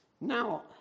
Now